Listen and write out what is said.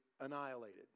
annihilated